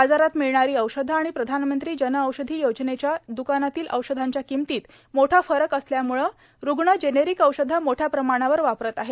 बाजारात मिळणारी औषधे आणि प्रधानमंत्री जनऔषधी योजनेच्या द्कानातील औषधाच्या किमंतीत मोठा फरक असल्यामुळे रुग्ण जेनेरीक औषधे मोठ्या प्रमणावर वापरत आहेत